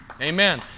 Amen